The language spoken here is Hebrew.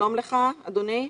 שלום לך אדוני.